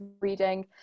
reading